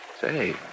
Say